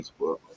Facebook